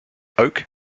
oak